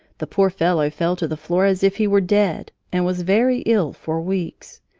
the poor fellow fell to the floor as if he were dead and was very ill for weeks.